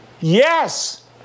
Yes